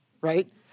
right